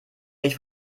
nicht